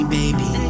baby